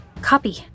copy